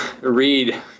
Read